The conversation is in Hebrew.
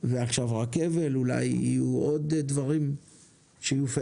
ועכשיו רכבל, אולי יהיו עוד דברים שיופעלו,